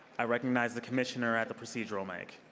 i recognize the commissioner at the procedural mic.